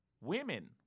women